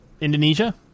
Indonesia